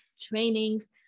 trainings